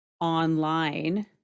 online